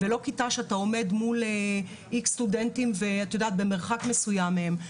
ולא כיתה שאתה עומד מול איקס סטודנטים במרחק מסויים מהם.